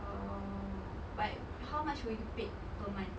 orh but how much were you paid per month